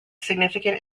significant